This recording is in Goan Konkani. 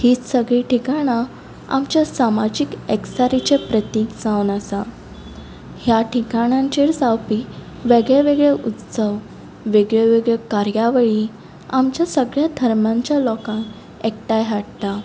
ही सगळीं ठिकाणां आमचे समाजीक एकचाराचें प्रतीक जावन आसा ह्या ठिकाणांचेर जावपी वेगळे वेगळे उत्सव वेगळ्यो वेगळ्यो कार्यावळी आमच्या सगळ्या धर्मांच्या लोकांक एकठांय हाडटा